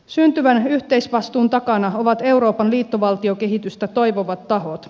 syntyvän yhteisvastuun takana ovat euroopan liittovaltiokehitystä toivovat tahot